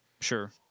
Sure